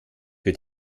für